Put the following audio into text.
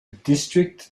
district